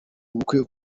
ubukwe